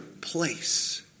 place